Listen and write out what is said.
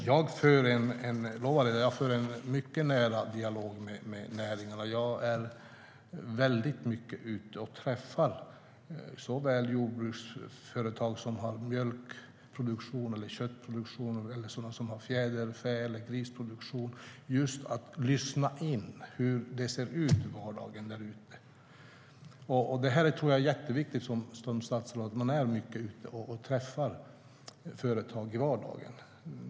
Jag kan lova att jag för en mycket nära dialog med näringarna. Jag är mycket ute och träffar jordbruksföretag som har såväl mjölkproduktion som köttproduktion, fjäderfä och grisproduktion just för att lyssna in hur det ser ut i vardagen där ute. Jag tror att det är jätteviktigt att man som statsråd är mycket ute och träffar företag i vardagen.